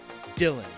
Dylan